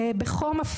בחום,